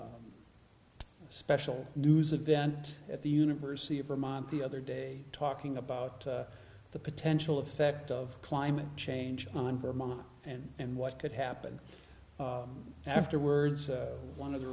a special news event at the university of vermont the other day talking about the potential effect of climate change on vermont and and what could happen afterwards one of the